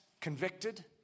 convicted